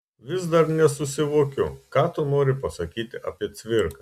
vis dar nesusivokiu ką tu nori pasakyti apie cvirką